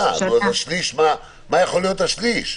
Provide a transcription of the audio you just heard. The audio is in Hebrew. מה יכול להיות השליש?